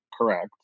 correct